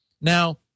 Now